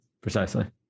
precisely